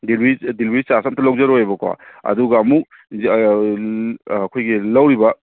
delivery charge ꯑꯝꯇ ꯂꯧꯖꯔꯣꯏꯕꯀꯣ ꯑꯗꯨꯒ ꯑꯃꯨꯛ ꯑꯩꯈꯣꯏꯒꯤ ꯂꯧꯔꯤꯕ